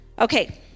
okay